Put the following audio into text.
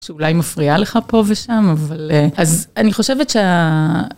שאולי מפריעה לך פה ושם, אבל .. אז אני חושבת שה...